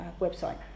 website